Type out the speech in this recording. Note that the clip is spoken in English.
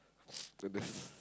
so that's